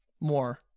more